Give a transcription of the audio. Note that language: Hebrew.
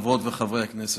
חברות וחברי הכנסת,